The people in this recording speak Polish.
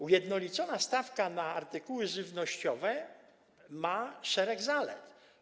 Ujednolicona stawka na artykuły żywnościowe ma szereg zalet.